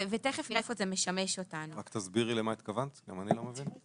רק תסבירי למה התכוונת, גם אני לא מבין.